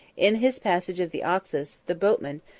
in his passage of the oxus, the boatmen,